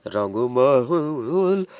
Rangumahul